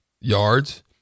yards